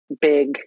big